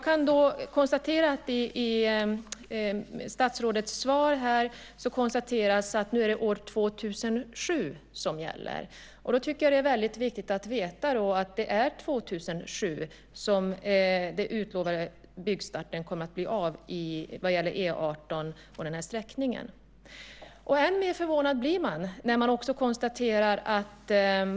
I statsrådets svar konstateras att det nu är 2007 som gäller. Då tycker jag att det är väldigt viktigt att veta att det är 2007 som den utlovade byggstarten kommer att bli av när det gäller sträckningen E 18.